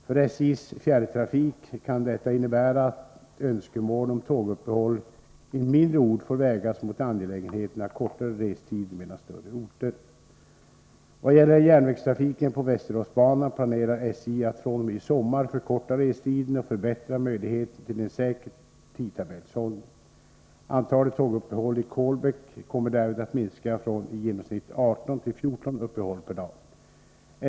För SJ:s fjärrtrafik kan detta innebära att önskemål om tåguppehåll i en mindre ort får vägas mot angelägenheten av kortare restid mellan större orter. Vad gäller järnvägstrafiken på Västeråsbanan planerar SJ att fr.o.m. i sommar förkorta restiden och förbättra möjligheten till en säker tidtabellshållning. Antalet tåguppehåll i Kolbäck kommer därvid att minska från i genomsnitt 18 till 14 uppehåll per dag.